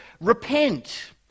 repent